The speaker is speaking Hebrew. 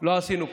לא עשינו כלום.